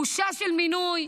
בושה של מינוי,